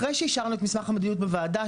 אחרי שאישרנו את מסמך המדיניות בוועדה,